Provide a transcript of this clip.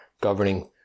governing